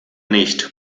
nicht